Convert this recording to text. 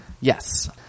Yes